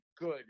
good